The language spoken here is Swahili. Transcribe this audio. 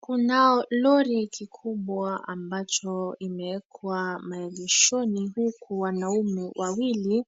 Kuna lori kikubwa ambacho imewekwa maegeshoni , huku wanaume wawili